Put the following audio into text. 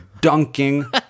dunking